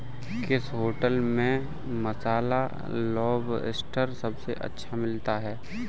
किस होटल में मसाला लोबस्टर सबसे अच्छा मिलता है?